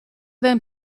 den